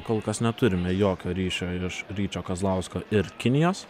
kol kas neturime jokio ryšio iš ryčio kazlausko ir kinijos